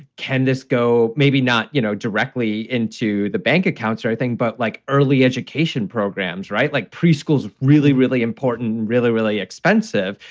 can this go? maybe not, you know, directly into the bank accounts or anything. but like early education programs. right. like preschools. really, really important. really, really expensive.